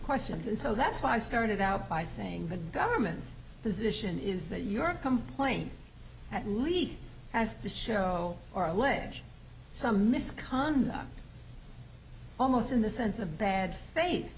questions and so that's why i started out by saying the government's position is that your complaint at least has to show or allege some misconduct almost in the sense of bad fa